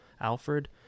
Alfred